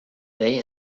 they